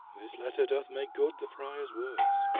this letter doth make good the friar's words,